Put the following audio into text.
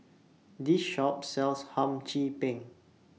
This Shop sells Hum Chim Peng